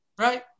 Right